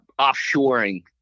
offshoring